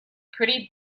pretty